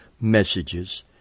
messages